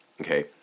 Okay